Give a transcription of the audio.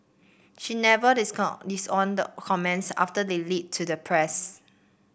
she never disowned the comments after they leaked to the press